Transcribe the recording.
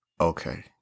Okay